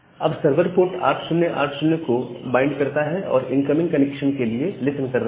अब server port 8080 को bind करता है और इनकमिंग कनेक्शन के लिए लिसन कर रहा है